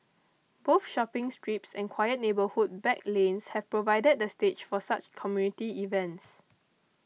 both shopping strips and quiet neighbourhood back lanes have provided the stage for such community events